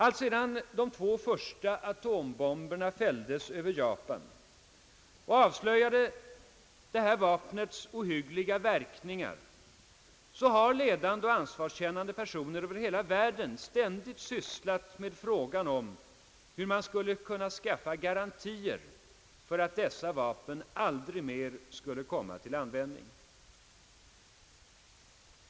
Alltsedan de två första atombomberna fälldes över Japan och avslöjade detta vapens ohyggliga verkningar har ledande och ansvarskännande personer över hela världen ständigt arbetat med frågan om hur man skulle kunna skaffa garantier för att detta vapen aldrig mer skulle komma till användning.